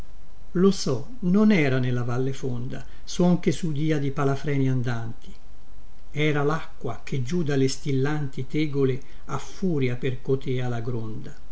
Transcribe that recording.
lo so non era nella valle fonda suon che sudia di palafreni andanti era lacqua che giù dalle stillanti tegole a furia percotea la gronda